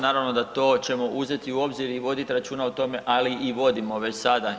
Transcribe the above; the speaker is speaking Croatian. Naravno da to ćemo uzeti u obzir i vodit računa o tome, ali i vodimo već sada.